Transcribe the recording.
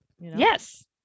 yes